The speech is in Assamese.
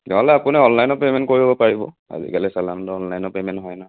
তেতিয়াহ'লে আপুনি অনলাইনো পে'মেন্ট কৰিব পাৰিব আজিকালি চালানটো অনলাইনো পে'মেন্ট হয় ন